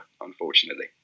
unfortunately